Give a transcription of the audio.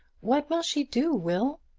what will she do, will?